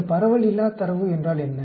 இந்த பரவல் இல்லா தரவு என்றால் என்ன